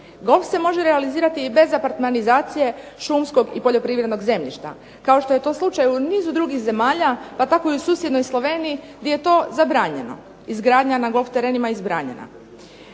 Golf se može realizirati i bez apartmanizacije šumskog i poljoprivrednog zemljišta, kao što je to slučaj u nizu drugih zemalja pa tako i u susjednoj Sloveniji gdje je to zabranjeno. Izgradnja na golf terenima je zabranjena.